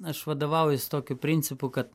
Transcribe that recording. aš vadovaujuos tokiu principu kad